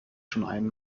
schon